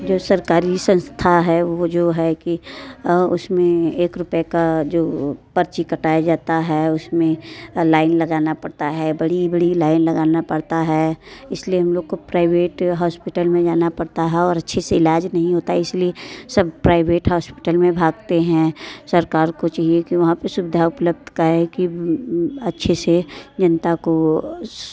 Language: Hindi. जो सरकारी संस्था है वो जो है कि उस में एक रुपये का जो पर्ची कटाया जाता है उस में लाइन लगाना पड़ता है बड़ी बड़ी लाइन लगाना पड़ता है इस लिए हम लोग को प्राइवेट हॉस्पिटल में जाना पड़ता है और अच्छे से इलाज नहीं होता इस लिए सब प्राइवेट हॉस्पिटल में भागते हैं सरकार को चाहिए कि वहाँ पर सुविधा उपलब्ध करे कि अच्छे से जनता को